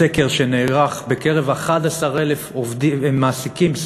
בסקר שנערך בקרב 11,000 מעסיקים,